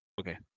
Okay